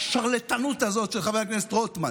השרלטנות הזאת של חבר הכנסת רוטמן.